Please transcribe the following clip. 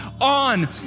on